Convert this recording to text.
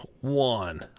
One